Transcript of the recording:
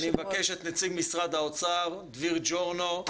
אני מבקש את נציג משרד האוצר, דביר ז'ורנו,